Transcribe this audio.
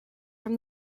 from